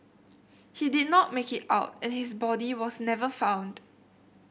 he did not make it out and his body was never found